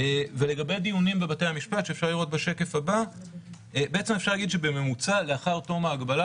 (שקף: דיונים בנוכחות ודיונים מרחוק